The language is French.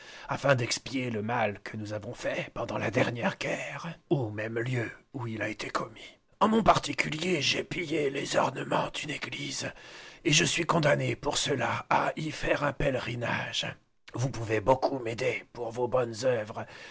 afin d'expier le mal que nous avons fait pendant la dernière guerre au même lieu où il a été commis en mon particulier j'ai pillé les ornemens d'une église et je suis condamné pour cela à y faire un pélerinage vous pouvez beaucoup m'aider par vos bonnes oeuvres